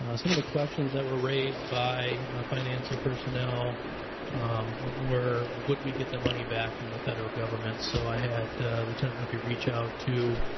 ah some of the questions that were raised by finance and personnel were, would we get the money back from the federal government? so i had lieutenant murphy reach out to